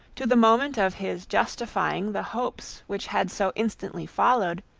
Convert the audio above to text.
to the moment of his justifying the hopes which had so instantly followed,